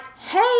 hey